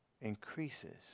increases